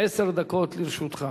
עשר דקות לרשותך.